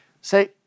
say